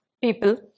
people